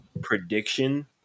prediction